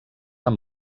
amb